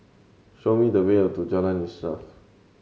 show me the way to Jalan Insaf